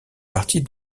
partie